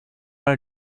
are